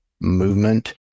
movement